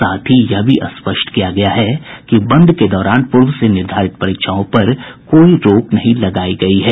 साथ ही यह भी स्पष्ट किया गया है कि बंद के दौरान पूर्व से निर्धारित परीक्षाओं पर कोई रोक नहीं लगायी गयी है